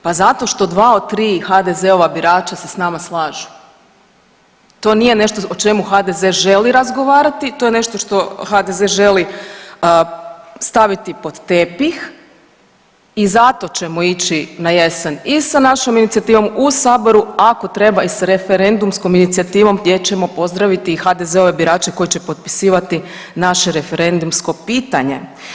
Pa zato što dva od tri HDZ-ova birača se s nama slažu, to nije nešto o čemu HDZ želi razgovarati, to je nešto što HDZ želi staviti pod tepih i zato ćemo ići na jesen i sa našom inicijativom u saboru, ako treba i sa referendumskom inicijativom gdje ćemo pozdraviti i HDZ-ove birače koji će potpisivati naše referendumsko pitanje.